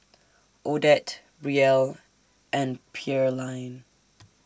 Odette Brielle and Pearline